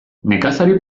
nekazari